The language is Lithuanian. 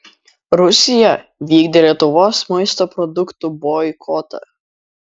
rusija vykdė lietuvos maisto produktų boikotą